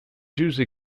usually